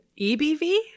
EBV